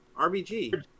RBG